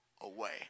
away